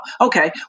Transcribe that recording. Okay